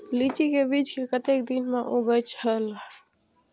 लीची के बीज कै कतेक दिन में उगे छल?